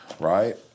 right